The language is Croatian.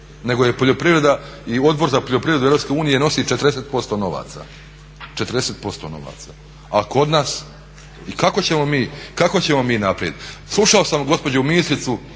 nego je poljoprivreda i Odbor za poljoprivredu EU nosi 40% novaca. A kod nas? I kako ćemo mi naprijed? Slušao sam gospođu ministricu